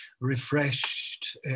refreshed